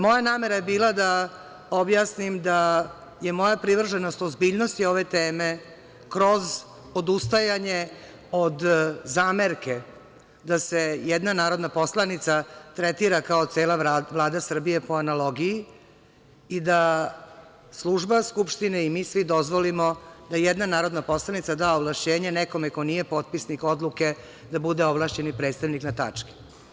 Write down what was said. Moja namera je bila da objasnim da je moja privrženost ozbiljnosti ove teme kroz odustajanje od zamerke da se jedna narodna poslanica tretira kao cela Vlada Srbije po analogiji i da Služba skupštine i mi svi dozvolimo da jedna narodna poslanicima da ovlašćenje nekome ko nije potpisnik odluke da bude ovlašćeni predstavnik na tačke.